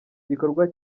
gikorwa